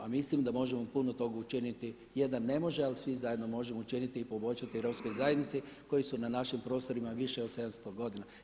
A mislim da možemo puno toga učiniti, jedan ne može ali svi zajedno možemo učiniti i poboljšati Romskoj zajednici koji su na našim prostorima više od 700 godina.